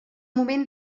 moment